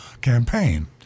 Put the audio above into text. campaign